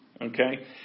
Okay